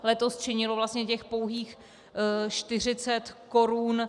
Letos činilo vlastně těch pouhých 40 korun.